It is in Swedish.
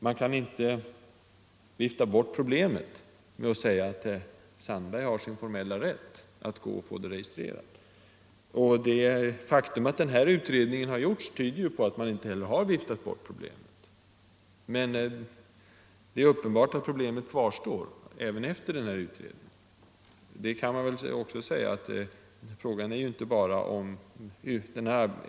Man kan inte vifta bort problemet med att säga att herr Sandberg har formell rätt att få sitt preparat registrerat. Det faktum att denna utredning gjorts tyder på att man inte har viftat bort problemet. Men det är också uppenbart att problemet kvarstår även efter utredningen.